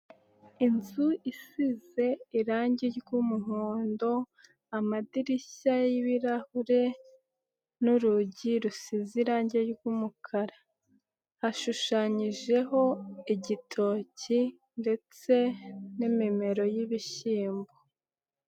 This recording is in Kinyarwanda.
Inzu isize irangi ry'umuhondo, amadirishya y'ibirahure n'urugi rusize irangi ry'umukara ashushanyijeho igitoki ndetse n'imimero y'ibishyimbo.